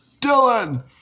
Dylan